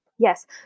Yes